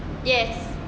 yes